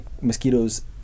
mosquitoes